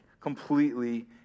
completely